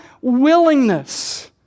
willingness